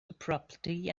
abruptly